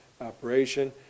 operation